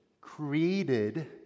created